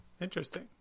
Interesting